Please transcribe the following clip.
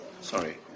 sorry